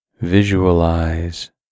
visualize